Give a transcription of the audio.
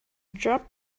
job